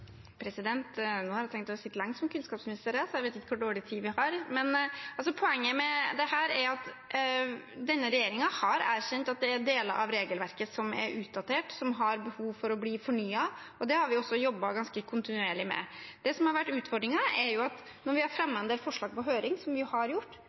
har tenkt å sitte lenge som kunnskapsminister, så jeg vet ikke hvor dårlig tid vi har. Poenget med dette er at denne regjeringen har erkjent at det er deler av regelverket som er utdatert, som har behov for å bli fornyet, og det har vi jobbet ganske kontinuerlig med. Det som har vært utfordringen, er at når vi har fremmet en del forslag på høring, som vi har gjort,